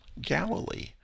Galilee